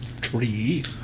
Tree